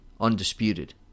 Undisputed